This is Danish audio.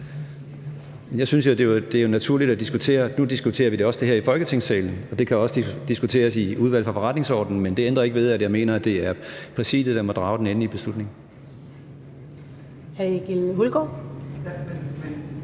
Jeg synes jo, det er naturligt at diskutere. Nu diskuterer vi det også her i Folketingssalen, og det kan også diskuteres i Udvalget for Forretningsordenen, men det ændrer ikke ved, at jeg mener, at det er Præsidiet, der må drage den endelige beslutning.